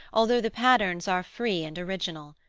although the patterns are free and original.